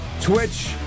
Twitch